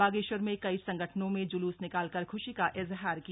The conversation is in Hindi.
बागेश्वर में कई संगठनों में जुल्स निकालकर खुशी का इजहार किया